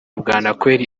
bwanakweli